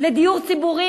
לדיור ציבורי,